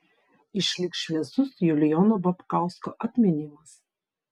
išliks šviesus julijono babkausko atminimas